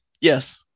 yes